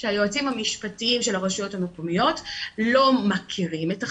שהיועצים המשפטיים של הרשויות המקומיות לא מכירים את החקיקה,